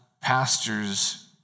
pastor's